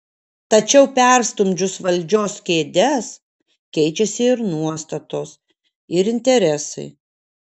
tačiau perstumdžius valdžios kėdes keičiasi ir nuostatos ir interesai